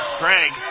Craig